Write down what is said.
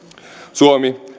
suomi